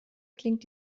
klingt